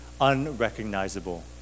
unrecognizable